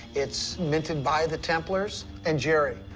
it's minted by the templars. and, jerry,